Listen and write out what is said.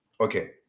Okay